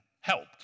helped